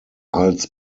als